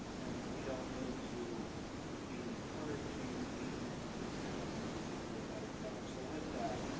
and that we don't need to be encouraging these entities of government to do a better job so with that.